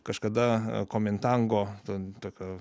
kažkada komintango ten tokio